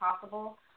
possible